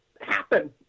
happen